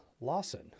Lawson